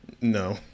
No